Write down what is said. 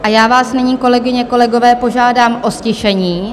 A já vás nyní, kolegyně, kolegové, požádám o ztišení.